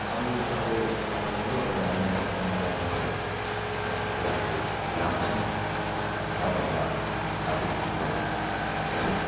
अरू अब हाम्रो ठुलो एउटा मैदान छ त्यहाँ मैदानमा चाहिँ गउँको बुढाहरू भेला हुन्छन् भेला भएर लात्ते भकुन्डो खेल्छन्